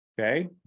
Okay